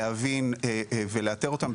להבין ולאתר אותם,